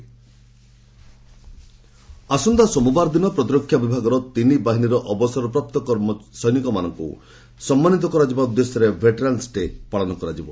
army veteran day ଆସନ୍ତା ସୋମବାର ଦିନ ପ୍ରତିରକ୍ଷା ବିଭାଗର ତିନି ବାହିନୀର ଅବସରପ୍ରାପ୍ତ ସୈନିକମାନଙ୍କୁ ସମ୍ମାନିତ କରାଯିବା ଉଦ୍ଦେଶ୍ୟରେ ଭେଟେରାନ୍ ଡେ ପାଳନ କରାଯିବ